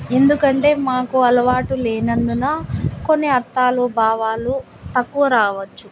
ఎందుకంటే మాకు అలవాటు లేనందున కొన్ని అర్థాలు భావాలు తక్కువ రావచ్చు